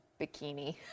bikini